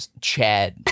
Chad